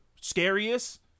scariest